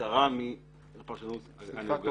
צרה מהפרשנות --- סליחה,